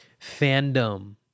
fandom